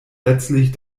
letztlich